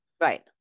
Right